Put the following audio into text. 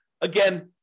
Again